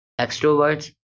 extroverts